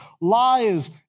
lies